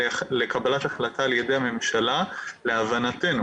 לקבלת החלטה על ידי הממשלה להבנתנו